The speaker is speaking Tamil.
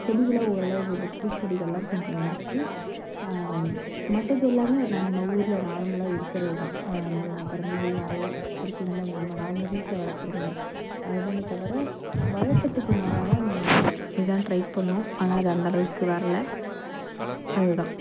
செடிகளை ஓரளவுக்கு வந்து பூச்செடிகள்லாம் கொஞ்சம் வந்துச்சு மற்றது எல்லாமே நம்ம ஊரில் நார்மலாக இருக்கிறது தான் நம்ம கரும்பு நிறைய இருக்குமில்ல நம்ம நார்மலாக வீட்டில் வளர்க்குறோம்ல அது தானே தவிர வழக்கத்துக்கு மாறான நாங்கள் இதுதான் ட்ரை பண்ணுனோம் ஆனால் அது அந்த அளவுக்கு வரலை அது தான்